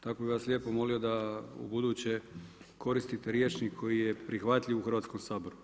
Tako bih vas lijepo molio da ubuduće koristite rječnik koji je prihvatljiv u Hrvatskom saboru.